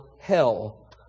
hell